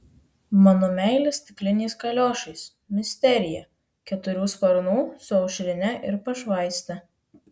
mano meilė stikliniais kaliošais misterija keturių sparnų su aušrine ir pašvaiste